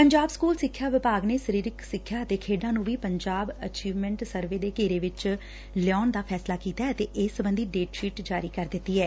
Punjab school ਸਿੱਖਿਆ ਵਿਭਾਗ ਨੇ ਸਰੀਰਕ ਸਿੱਖਿਆ ਅਤੇ ਖੇਡਾਂ ਨੂੰ ਵੀ ਪੰਜਾਬ ਅਚੀਵਮੈਂਟ ਸਰਵੇ ਦੇ ਘੇਰੇ ਵਿੱਚ ਲਿਆਉਣ ਦਾ ਫ਼ੈਸਲਾ ਕੀਤੈ ਅਤੇ ਇਸ ਸਬੰਧੀ ਡੇਟਸ਼ੀਟ ਜਾਰੀ ਕਰ ਦਿੱਤੀ ਏ